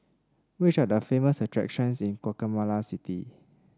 which are the famous attractions in Guatemala City